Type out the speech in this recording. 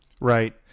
Right